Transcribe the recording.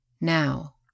Now